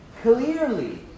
clearly